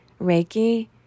Reiki